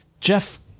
Jeff